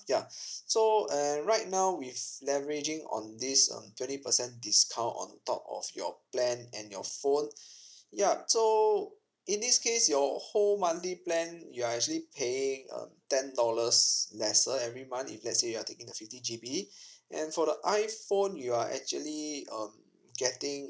ya so and right now with leveraging on this um twenty percent discount on top of your plan and your phone yup so in this case your whole monthly plan you are actually paying uh ten dollars lesser every month if let's say you're taking the fifty G_B and for the iphone you are actually um getting